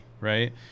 Right